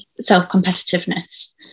self-competitiveness